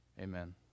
Amen